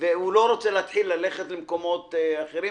ולא רוצים להתחיל ללכת למקומות אחרים.